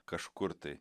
kažkur tai